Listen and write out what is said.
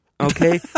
Okay